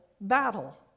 battle